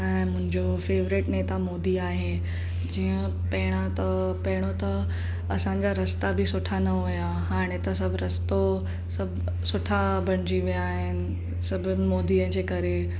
ऐं मुंहिंजो फेवरेट नेता मोदी आहे जीअं पहिरियों त पहिरियों त असांजा रस्ता बि सुठा न हुआ हाणे त सभु रस्तो सब सुठा बणजी विया आहिनि सभिनि मोदीअ जे करे